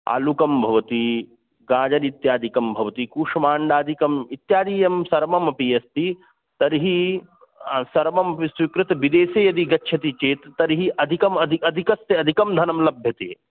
आलुकं भवति गाजरित्यादिकं भवति कूष्माण्डादिकम् इत्यादिकं सर्वमपि अस्ति तर्हि सर्वमपि स्वीकृत्य विदेशे यदि गच्छति चेत् तर्हि अधिकम् अदि अधिकस्य अधिकं धनं लभ्यते